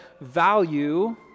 value